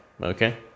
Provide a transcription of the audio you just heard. Okay